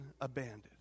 abandoned